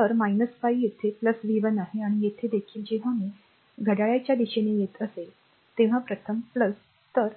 तर 5 येथे v 1 आहे आणि येथे देखील जेव्हा मी घड्याळाच्या दिशेने येत असेल तेव्हा प्रथम तर